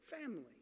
family